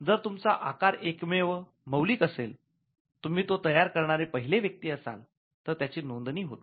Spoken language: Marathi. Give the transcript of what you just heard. जर तुमचा आकार एकमेव मौलिक असेल तुम्ही तो तयार करणारे पहिले व्यक्ती असाल तर त्याची नोंदणी होते